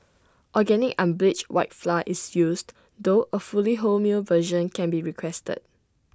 organic unbleached white flour is used though A fully wholemeal version can be requested